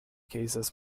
cases